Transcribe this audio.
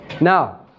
Now